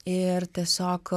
ir tiesiog